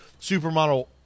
supermodel